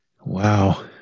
Wow